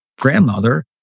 grandmother